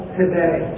today